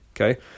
Okay